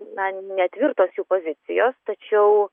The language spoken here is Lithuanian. na netvirtos jų pozicijos tačiau